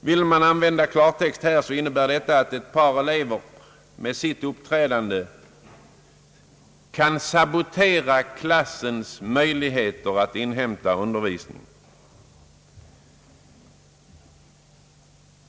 Vill man använda klartext, innebär detta att ett par elever med sitt uppträdande kan sabotera klassens möjligheter att inhämta undervisning.